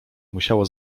musiało